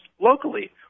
locally